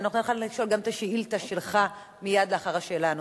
אז אני נותנת לך לשאול גם את השאילתא שלך מייד לאחר השאלה הנוספת.